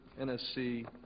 NSC